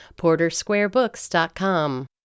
PorterSquareBooks.com